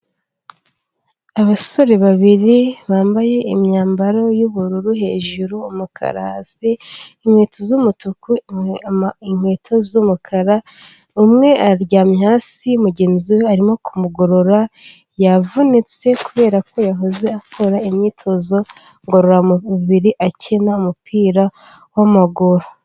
Abasore babiri bambaye imyambaro yubururu hejuru, umukar hasi, inkweto z'umutuku, inkweto z'umukara, umwe aryamye hasi mugenzi we arimo kumugorora. yavunitse kubera ko yahoze akora imyitozo ngororamumubiri akina umupira wamaguru.